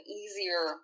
easier